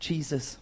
Jesus